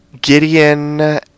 Gideon